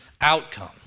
outcome